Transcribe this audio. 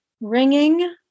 Ringing